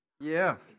Yes